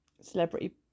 celebrity